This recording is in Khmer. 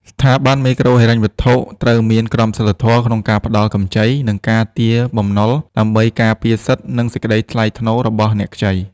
ស្ថាប័នមីក្រូហិរញ្ញវត្ថុត្រូវមានក្រមសីលធម៌ក្នុងការផ្ដល់កម្ចី និងការទារបំណុល ដើម្បីការពារសិទ្ធិ និងសេចក្ដីថ្លៃថ្នូររបស់អ្នកខ្ចី។